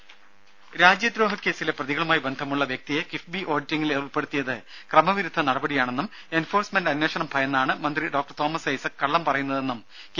ദേദ രാജ്യദ്രോഹ കേസിലെ പ്രതികളുമായി ബന്ധമുള്ള വ്യക്തിയെ കിഫ്ബി ഓഡിറ്റിംഗിൽ ഉൾപ്പെടുത്തിയത് ക്രമവിരുദ്ധ നടപടിയാണെന്നും എൻഫോഴ്സ്മെന്റ് അന്വേഷണം ഭയന്നാണ് മന്ത്രി ഡോക്ടർ തോമസ് ഐസക് കള്ളം പറയുന്നതെന്നും കെ